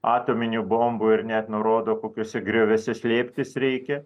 atominių bombų ir net nurodo kokiose grioviuose slėptis reikia